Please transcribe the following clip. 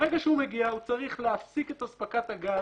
ברגע שהוא מגיע הוא צריך להפסיק את אספקת הגז,